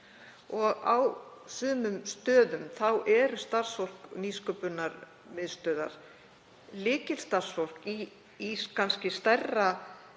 Á sumum stöðum er starfsfólk Nýsköpunarmiðstöðvar lykilstarfsfólk í kannski stærra